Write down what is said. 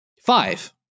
Five